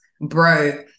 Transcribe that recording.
bro